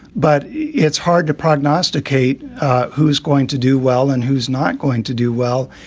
but it's hard to prognosticate who's going to do well and who's not going to do well.